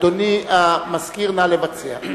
אדוני המזכיר, נא לבצע.